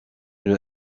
une